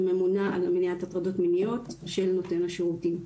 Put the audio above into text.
הממונה על מניעת הטרדות מיניות של נון השירותים.